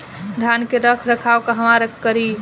धान के रख रखाव कहवा करी?